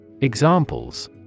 Examples